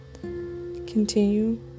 Continue